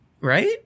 right